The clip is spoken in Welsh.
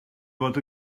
fod